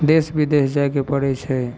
देश विदेश जाइके पड़य छै